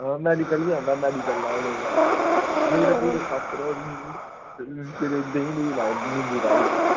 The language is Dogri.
मैडिकल बी औंदा मेडिकल लाओ नेईं तां नेईं ता भी इक कम्म करो सिरै ई देहीं दूहीं लाओ नींबू पाई री